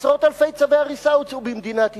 עשרות אלפי צווי הריסה הוצאו במדינת ישראל,